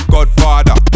Godfather